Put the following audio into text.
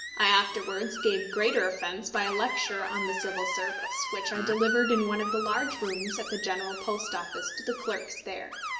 i afterwards gave greater offence by a lecture on the civil service which i delivered in one of the large rooms at the general post office to the clerks there.